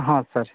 हँ सर